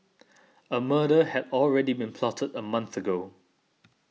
a murder had already been plotted a month ago